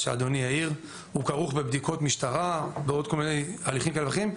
הוא כרוך בבדיקות משטרה ובעוד כל מיני הליכים כאלה ואחרים.